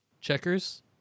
Checkers